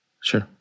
Sure